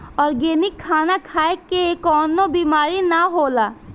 organic खाना खाए से कवनो बीमारी ना होला